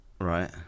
Right